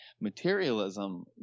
materialism